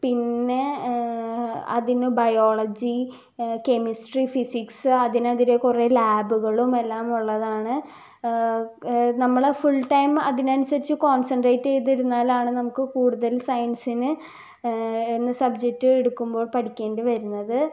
പിന്നെ അതിന് biology chemistry physics അതിനെതിരെ കുറേ ലാബുകളും എല്ലാമുള്ളതാണ് നമ്മൾ ഫുൾ ടൈം അതിനനുസരിച്ച് കോൺസെൻട്രേറ്റ് ചെയ്തിരുന്നാലാണ് നമുക്ക് കൂടുതൽ സയൻസിന് എന്ന സബ്ജക്റ്റ് എടുക്കുമ്പോൾ പഠിക്കേണ്ടി വരുന്നത്